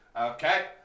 Okay